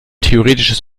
theoretisches